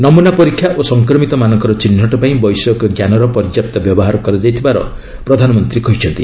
ନମୁନା ପରୀକ୍ଷା ଓ ସଂକ୍ରମିତମାନଙ୍କର ଚିହ୍ନଟ ପାଇଁ ବୈଷୟିକଜ୍ଞାନର ପର୍ଯ୍ୟାପ୍ତ ବ୍ୟବହାର କରାଯାଇଥିବାର ପ୍ରଧାନମନ୍ତ୍ରୀ କହିଛନ୍ତି